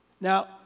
Now